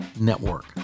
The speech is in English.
Network